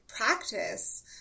practice